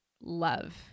love